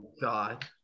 God